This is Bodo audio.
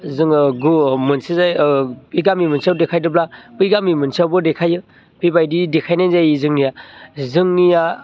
जोङो ओ मोनसे ओ इ गामि मोनसेयाव देखायदोब्ला बै गामि मोनसेयावबो देखायो बेबायदि देखायनाय जायो जोंनिया जोंनिया